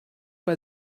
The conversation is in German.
bei